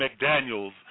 McDaniels